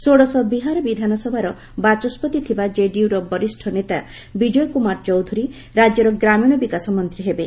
ଷୋଡଶ ବିହାର ବିଧାନସଭାର ବାଚସ୍କତି ଥିବା ଜେଡିୟୁର ବରିଷ୍ଠ ନେତା ବିଜୟ କୁମାର ଚୌଧୁରୀ ରାଜ୍ୟର ଗ୍ରାମୀଣ ବିକାଶ ମନ୍ତ୍ରୀ ହେବେ